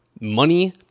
money